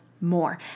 more